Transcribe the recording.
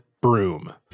broom